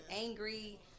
angry